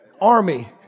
Army